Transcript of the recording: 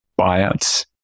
buyouts